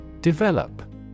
Develop